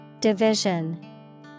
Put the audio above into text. Division